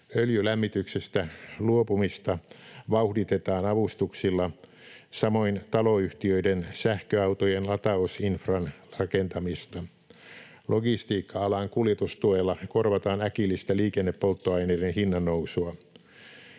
Öljylämmityksestä luopumista vauhditetaan avustuksilla, samoin taloyhtiöiden sähköautojen latausinfran rakentamista. Logistiikka-alan kuljetustuella korvataan äkillistä liikennepolttoaineiden hinnannousua.